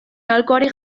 aholkuari